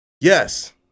Yes